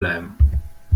bleiben